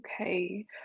Okay